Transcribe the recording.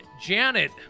Janet